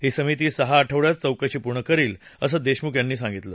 ही समिती सहा आठवड्यात चौकशी पूर्ण करील असं देशमुख यांनी सांगितलं